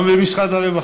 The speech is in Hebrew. גם במשרד הרווחה: